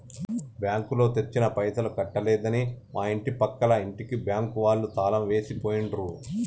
బ్యాంకులో తెచ్చిన పైసలు కట్టలేదని మా ఇంటి పక్కల ఇంటికి బ్యాంకు వాళ్ళు తాళం వేసి పోయిండ్రు